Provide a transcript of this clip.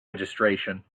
registration